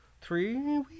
three